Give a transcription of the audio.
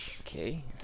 Okay